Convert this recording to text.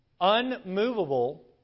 unmovable